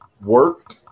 work